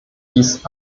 dies